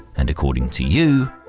and according to you,